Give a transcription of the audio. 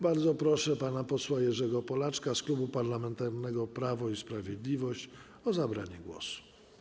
Bardzo proszę pana posła Jerzego Polaczka z Klubu Parlamentarnego Prawo i Sprawiedliwość o zabranie głosu.